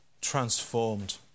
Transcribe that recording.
transformed